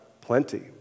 plenty